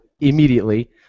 immediately